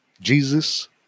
Jesus